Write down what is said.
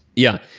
yeah.